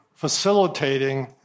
facilitating